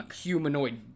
humanoid